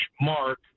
mark